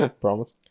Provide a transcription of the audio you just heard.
promise